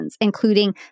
including